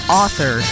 author